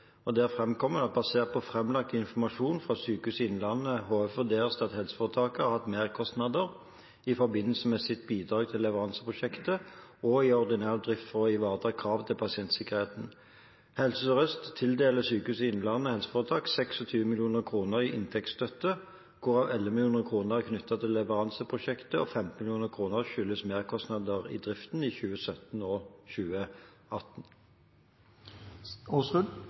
forbindelse med sitt bidrag til leveranseprosjektet og i ordinær drift for å ivareta kravet til pasientsikkerheten. Helse Sør-Øst tildeler Sykehuset Innlandet helseforetak 26 mill. kr i inntektsstøtte, hvorav 11 mill. kr er knyttet til leveranseprosjektet, og 15 mill. kr skyldes merkostnader i driften i 2017 og 2018.